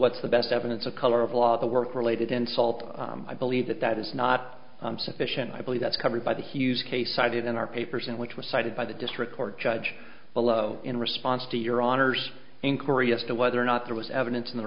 what's the best evidence of color of law the work related insult i believe that that is not sufficient i believe that's covered by the huge case cited in our papers and which was cited by the district court judge below in response to your honor's inquiry as to whether or not there was evidence in the